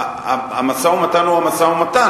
המשא-ומתן הוא המשא-ומתן,